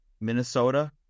Minnesota